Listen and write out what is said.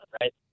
Right